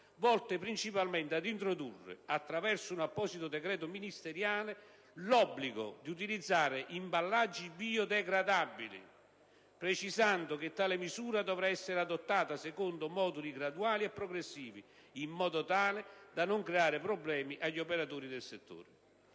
volte principalmente ad introdurre, attraverso un apposito decreto ministeriale, l'obbligo di utilizzare imballaggi biodegradabili, precisando che tale misura dovrà essere adottata secondo moduli graduali e progressivi, in modo tale da non creare problemi agli operatori del settore.